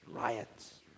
riots